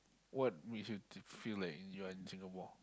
what makes you think feel like you are in Singapore